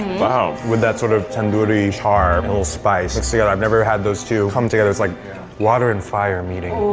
wow! with that sort of tandoori char, a little spice and to say that i've never had those two come together, it's like water and fire meeting.